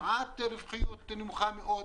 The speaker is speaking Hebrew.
עסקים קטנים עם רווחיות נמוכה מאוד,